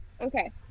Okay